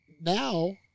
now